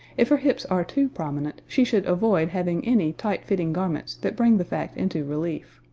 if her hips are too prominent, she should avoid having any tight-fitting garments that bring the fact into relief.